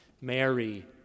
Mary